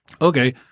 Okay